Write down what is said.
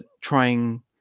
trying